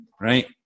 right